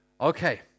Okay